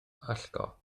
allgo